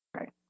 Okay